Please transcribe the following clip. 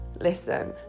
listen